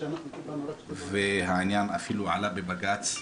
והעניין אפילו עלה בבג"צ,